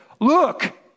look